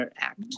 Act